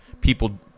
people